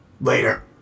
Later